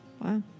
Wow